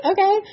Okay